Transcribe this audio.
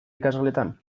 ikasgeletan